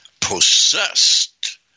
possessed